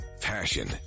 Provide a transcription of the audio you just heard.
Passion